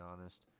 honest